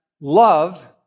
love